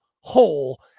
whole